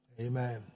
Amen